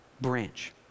branch